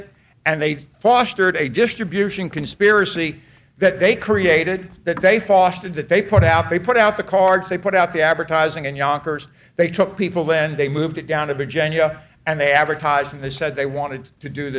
it and they fostered a distribution conspiracy that they created that they fostered that they put out they put out the cards they put out the advertising in yonkers they took people then they moved it down to virginia and they advertised and they said they wanted to do